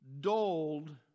dulled